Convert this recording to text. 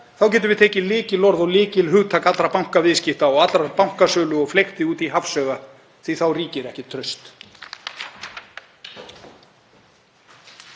þá getum við tekið lykilorð og lykilhugtak allra bankaviðskipta og allrar bankasölu og fleygt út í hafsauga því þá ríkir ekki traust.